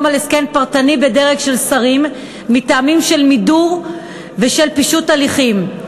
על הסכם פרטני בדרג של שרים מטעמים של מידור ושל פישוט הליכים.